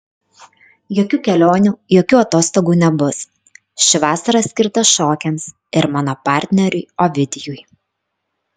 jokių kelionių jokių atostogų nebus ši vasara skirta šokiams ir mano partneriui ovidijui